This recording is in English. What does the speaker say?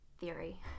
theory